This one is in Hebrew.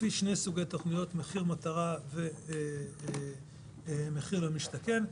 לפי שני סוגי תוכניות מחיר מטרה ומחיר למשתכן.